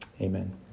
Amen